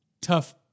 tough